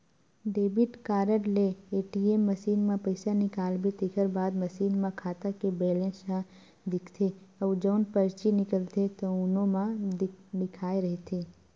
debit card ले ATM machine म पइसा निकालबे तेखर बाद मसीन म खाता के बेलेंस ह दिखथे अउ जउन परची निकलथे तउनो म लिखाए रहिथे